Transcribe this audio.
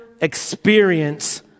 experience